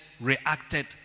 reacted